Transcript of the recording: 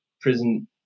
prison